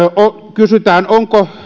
kysytään onko